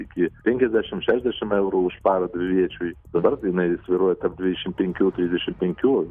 iki penkiasdešim šešiasdešim eurų už parą dviviečiui dabar jinai svyruoja tarp dvidešim penkių trisdešim penkių